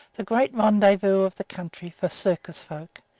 the great rendezvous of the country for circus folk,